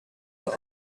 but